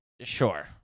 Sure